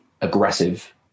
aggressive